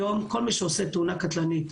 היום כל מי שעושה תאונה קטלנית,